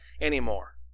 anymore